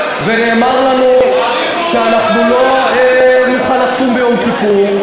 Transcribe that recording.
ונאמר לנו שאנחנו לא נוכל לצום ביום כיפור.